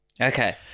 Okay